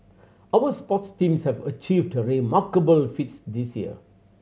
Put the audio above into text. our sports teams have achieved remarkable feats this year